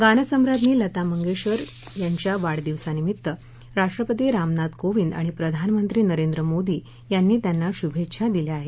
गानसम्राज्ञी लता मंगेशकर यांच्या वाढदिवसानिमित्त राष्ट्रपती रामनाथ कोविंद आणि प्रधानमंत्री नरेंद्र मोदी यांनी त्यांना शुभेच्छा दिल्या आहेत